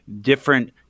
different